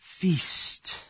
feast